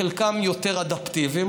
חלקם יותר אדפטיביים,